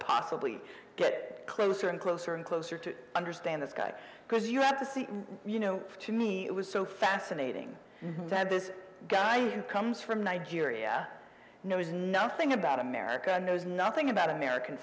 possibly get closer and closer and closer to understand this guy because you have to see you know to me it was so fascinating that this guy who comes from nigeria knows nothing about america and knows nothing about american